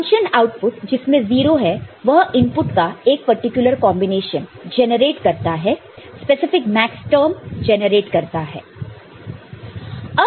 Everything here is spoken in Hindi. फंक्शन आउटपुट जिसमें 0 है वह इनपुट का एक पर्टिकुलर कॉन्बिनेशन जनरेट करता है स्पेसिफिक मैक्सटर्म जनरेट करता हैं